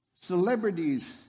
Celebrities